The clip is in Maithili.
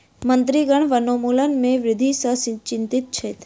मंत्रीगण वनोन्मूलन में वृद्धि सॅ चिंतित छैथ